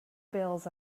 bills